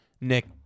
Nick